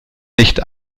nicht